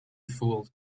fooled